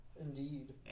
Indeed